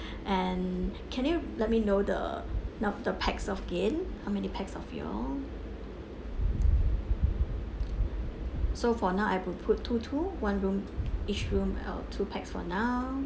and can you let me know the num~ the pax again how many pax of you all so for now I will put two two one room each room uh two pax for now